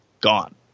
gone